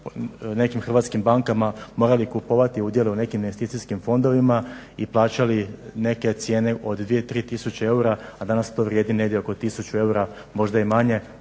nekim hrvatskim bankama morali kupovati udjele u nekim investicijskim fondovima i plaćali neke cijene od 2, 3 tisuće eura, a danas to vrijedi negdje oko tisuću eura možda i manje.